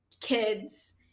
kids